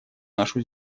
нашу